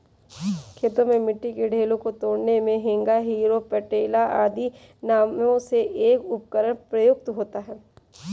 खेतों में मिट्टी के ढेलों को तोड़ने मे हेंगा, हैरो, पटेला आदि नामों से एक उपकरण प्रयुक्त होता है